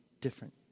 different